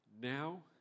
Now